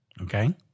okay